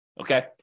Okay